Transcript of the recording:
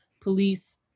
police